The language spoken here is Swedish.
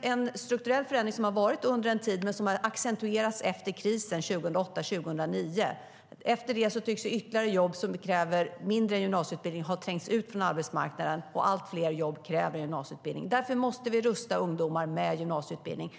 En strukturell förändring som har pågått en tid men som har accentuerats efter krisen 2008-2009 är att jobb som inte kräver gymnasieutbildning tycks ha trängts ut från arbetsmarknaden. Allt fler jobb kräver gymnasieutbildning. Därför måste vi rusta ungdomar med gymnasieutbildning.